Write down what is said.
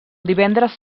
divendres